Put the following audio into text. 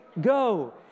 go